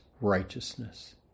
righteousness